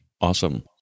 Awesome